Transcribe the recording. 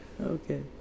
Okay